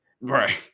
Right